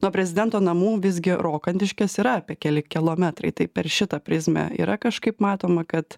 nuo prezidento namų visgi rokantiškės yra apie keli kilometrai tai per šitą prizmę yra kažkaip matoma kad